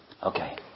Okay